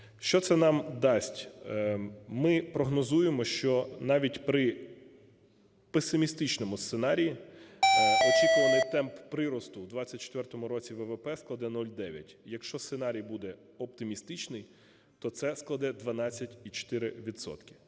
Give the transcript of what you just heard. Що це нам дасть? Ми прогнозуємо, що навіть при песимістичному сценарії очікуваний темп приросту в 24-му році ВВП складе 0,9. Якщо сценарій буде оптимістичний, то це складе 12,4